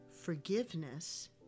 Forgiveness